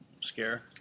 scare